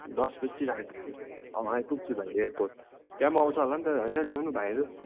दस बजेतिर आइपुग्छु अँ आइपुग्छु भाइ एयरपोर्ट त्यहाँ पनि आउँछ होला नि त होइन ल्याउनु भाइहरू